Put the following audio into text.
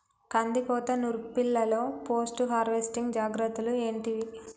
కందికోత నుర్పిల్లలో post harvesting జాగ్రత్తలు ఏంటివి?